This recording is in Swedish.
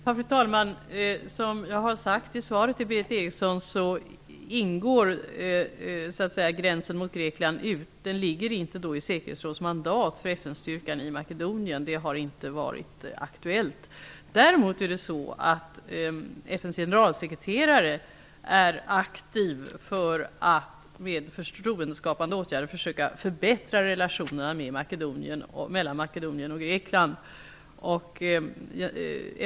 Fru talman! Som jag har sagt i svaret till Berith Eriksson ingår inte gränsen mot Grekland i säkerhetsrådets mandat för FN-styrkan i Makedonien. Det har inte varit aktuellt. Däremot är FN:s generalsekreterare aktiv för att försöka förbättra relationerna mellan Makedonien och Grekland med förtroendeskapande åtgärder.